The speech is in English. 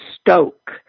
stoke